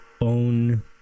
own